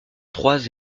trois